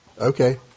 Okay